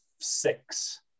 six